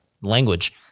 language